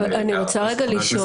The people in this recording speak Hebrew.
אבל אני רוצה רגע לשאול.